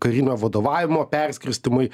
karinio vadovavimo perskirstymai